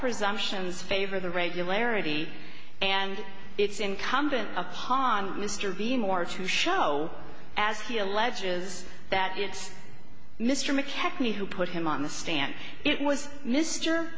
presumptions favor the regularity and it's incumbent upon mr bean more to show as he alleges that it's mr mckechnie who put him on the stand it was mr